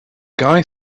guy